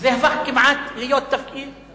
זה הפך לתפקיד כפוי טובה.